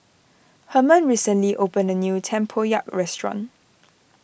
Herman recently opened a new Tempoyak restaurant